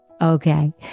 Okay